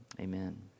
Amen